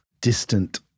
distant